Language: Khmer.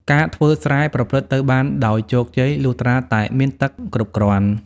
ការធ្វើស្រែប្រព្រឹត្តទៅបានដោយជោគជ័យ លុះត្រាតែមានទឹកគ្រប់គ្រាន់។